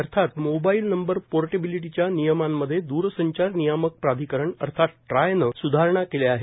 अर्थात mobile number पोर्टेबिलिटीच्या नियमांमध्ये द्रसंचार नियामक प्राधिकरण अर्थात ट्रायनं स्धारणा केल्या आहेत